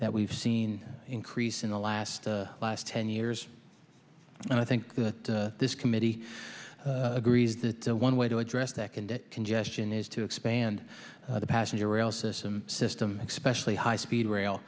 that we've seen increase in the last the last ten years and i think that this committee agrees that one way to address that congestion is to expand the passenger rail system system especially high speed